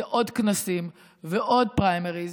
זה עוד כנסים ועוד פריימריז,